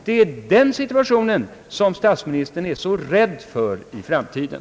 Det är den situationen som statsministern är så rädd för i framtiden.